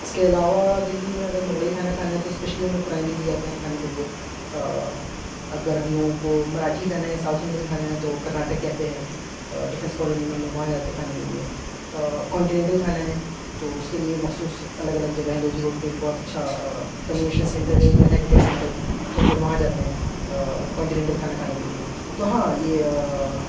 اس کے علاوہ دلی میں اگر مغلئی کھانا کھانا ہے تو اسپیشلی ہم لوگ پرانی دلی جاتے ہیں کھانے کے لیے اگر ہم لوگ کو مراٹھی کھانا ہے ساؤتھ انڈین کھانا ہے تو کرناٹک کیفے ہے ڈیفینس کالونی میں ہم لوگ وہاں جاتے ہیں کھانے کے لیے کانٹینٹل کھانا ہے تو اس کے لیے مخصوص الگ الگ جگہیں ہیں لودھی روڈ پہ ایک بہت اچھا کنونشن سینٹر ہے انڈین ہیبیٹیٹ سینٹر تو ہم لوگ وہاں جاتے ہیں کانٹینٹل کھانا کھانے کے لیے تو ہاں یہ